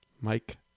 Mike